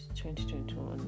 2021